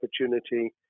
opportunity